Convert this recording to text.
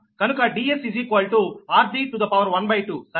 కనుక Ds 12 సరేనా